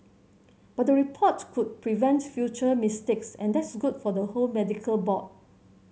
but the report could prevent future mistakes and that's good for the whole medical board